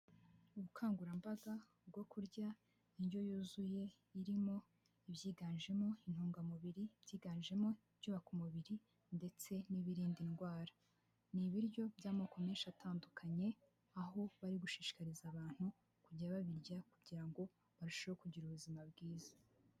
Ubukangurambaga bwo kurya indyo yuzuye irimo ibyiganjemo intungamubiri ibyiganjemo ibyubaka umubiri ndetse n'birinda indwara. Ni ibiryo by'amoko menshi atandukanye aho bari gushishikariza abantu kujya babirya kugira ngo barusheho kugira ubuzima bwiza.